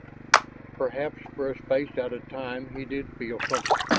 perhaps for a space out of time he did feel something.